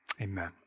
Amen